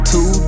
Two